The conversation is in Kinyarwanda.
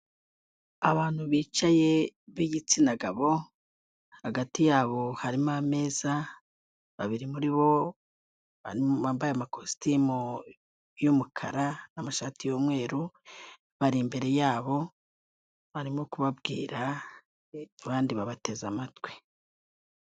Abantu bicaye bigitsina gabo, hagati yabo harimo ameza, babiri muri bo bambaye amakositimu y'umukara n'amashati y'umweru, bari imbere yabo barimo kubabwira abandi babateze amatwi.